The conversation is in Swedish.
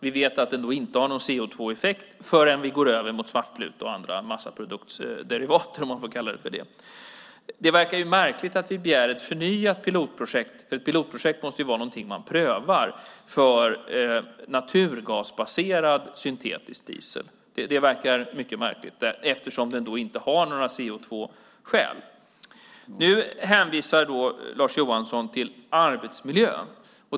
Vi vet att den inte har någon CO2-effekt förrän vi går över till svartlut och andra massaproduktsderivat, om man får kalla det för det. Det verkar märkligt att begära ett förnyat pilotprojekt, för ett pilotprojekt måste ju vara någonting som man prövar, för naturgasbaserad syntetisk diesel. Det verkar mycket märkligt eftersom det inte finns några CO2-skäl. Nu hänvisar Lars Johansson till arbetsmiljön.